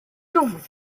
政府